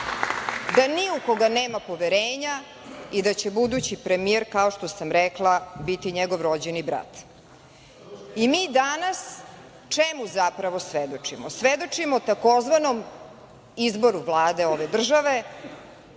da ni u koga nema poverenja i da će budući premijer, kao što sam rekla, biti njegov rođeni brat. Čemu zapravo svedočimo danas? Svedočimo tzv. izboru Vlade ove države,